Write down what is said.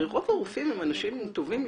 הרי רוב הרופאים הם אנשים טובים,